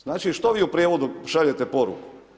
Znači što vi u prijevodu šaljete poruku?